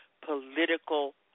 political